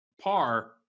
par